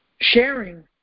sharing